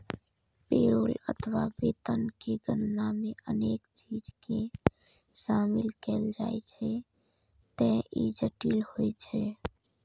payroll अथवा वेतन के गणना मे अनेक चीज कें शामिल कैल जाइ छैं, ते ई जटिल होइ छै